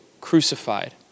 crucified